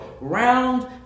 Round